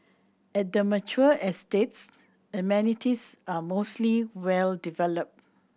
at the mature estates amenities are mostly well developed